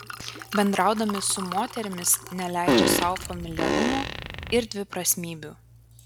bendraudami su moterimis neleidžia sau familiarumų ir dviprasmybių